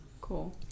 Cool